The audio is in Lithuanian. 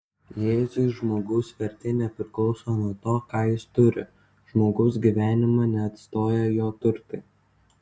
jėzui žmogaus vertė nepriklauso nuo to ką jis turi žmogaus gyvenimą neatstoja jo turtai